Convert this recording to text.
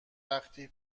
وقتی